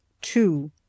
two